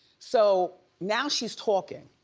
so now she's talking.